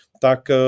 tak